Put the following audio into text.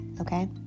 okay